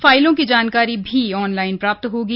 फाइलों की जानकारी भी ऑनलाइन प्राप्त होगी